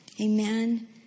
Amen